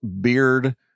beard